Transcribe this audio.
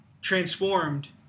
transformed